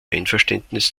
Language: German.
einverständnis